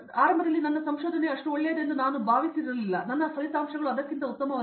ಆರಂಭದಲ್ಲಿ ನನ್ನ ಸಂಶೋಧನೆಯು ಅಷ್ಟು ಒಳ್ಳೆಯದು ಎಂದು ನಾನು ಭಾವಿಸಿದ್ದೇನೆ ನನ್ನ ಫಲಿತಾಂಶಗಳು ಅದಕ್ಕಿಂತ ಉತ್ತಮವಲ್ಲ